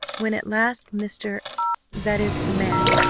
when at last mr that is the man,